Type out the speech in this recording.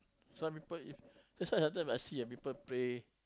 some people if that's why sometimes I see when people pray